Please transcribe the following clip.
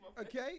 Okay